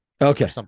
okay